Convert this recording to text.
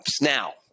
Now